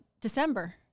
December